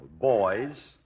Boys